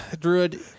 Druid